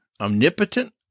omnipotent